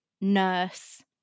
nurse